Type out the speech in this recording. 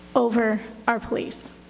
over our police.